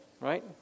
right